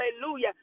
hallelujah